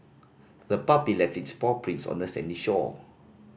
the puppy left its paw prints on the sandy shore